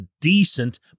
decent